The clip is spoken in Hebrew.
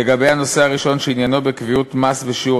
לגבי הנושא הראשון שעניינו קביעת מס בשיעור